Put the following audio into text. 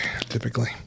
typically